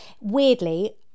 weirdly